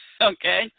okay